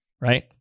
right